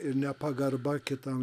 ir nepagarba kitam